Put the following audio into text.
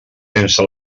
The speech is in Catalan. sense